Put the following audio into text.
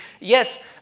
yes